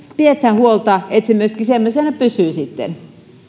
pidetään huolta että se myöskin semmoisena pysyy sitten